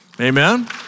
Amen